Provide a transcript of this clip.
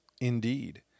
Indeed